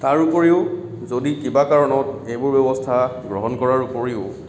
তাৰ ওপৰিও যদি কিবা কাৰণত এইবোৰ ব্যৱস্থা গ্ৰহণ কৰাৰ ওপৰিও